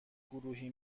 گروهی